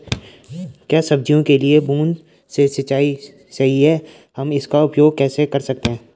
क्या सब्जियों के लिए बूँद से सिंचाई सही है हम इसका उपयोग कैसे कर सकते हैं?